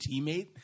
teammate